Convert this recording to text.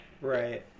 right